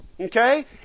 okay